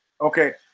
Okay